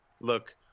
Look